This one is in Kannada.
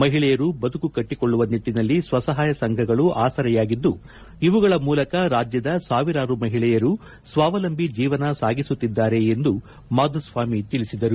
ಮಹಿಳೆಯರು ಬದುಕು ಕಟ್ಟಿಕೊಳ್ಳುವ ನಿಟ್ಟನಲ್ಲಿ ಸ್ವ ಸಹಾಯ ಸಂಘಗಳು ಆಸರೆಯಾಗಿದ್ದು ಇವುಗಳ ಮೂಲಕ ರಾಜ್ಕದ ಸಾವಿರಾರು ಮಹಿಳೆಯರು ಸ್ವಾವಲಂಬಿ ಜೀವನ ಸಾಗಿಸುತ್ತಿದ್ದಾರೆ ಎಂದು ಮಾಧುಸ್ವಾಮಿ ತಿಳಿಸಿದರು